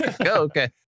okay